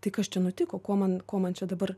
tai kas čia nutiko ko man ko man čia dabar